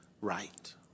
right